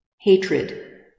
hatred